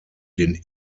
den